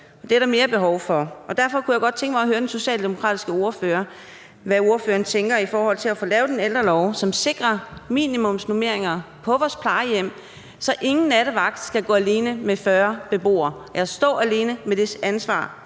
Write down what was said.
det er der mere behov for, og derfor kunne jeg godt tænke mig at høre den socialdemokratiske ordfører, hvad ordføreren tænker i forhold til at få lavet en ældrelov, som sikrer minimumsnormeringer på vores plejehjem, så ingen nattevagt skal stå alene med ansvaret for 40 beboere – en